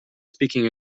speaking